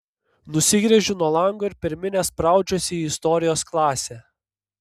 nusigręžiu nuo lango ir per minią spraudžiuosi į istorijos klasę